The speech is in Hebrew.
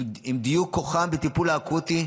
עם דיוק כוחם בטיפול האקוטי,